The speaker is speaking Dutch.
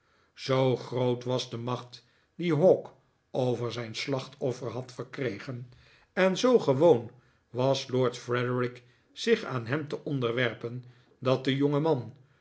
zoo groot was de macht die hawk over zijn slachtoffer had verkregen en zoo gewoon was lord frederik zich aan hem te onderwerpen dat de jongeman